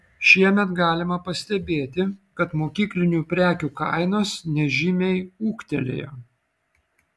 šiemet galima pastebėti kad mokyklinių prekių kainos nežymiai ūgtelėjo